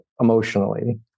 emotionally